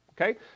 okay